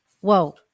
whoa